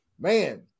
Man